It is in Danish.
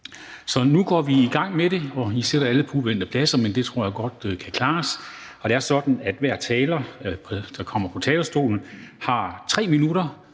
Så nu går vi i gang med det. I sidder alle på uvante pladser, men det tror jeg godt kan klares. Det er sådan, at hver taler, der kommer på talerstolen, har 3 minutter.